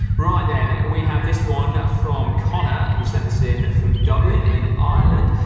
right then, we have this one from connor who sent this in from dublin in ireland.